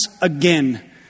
again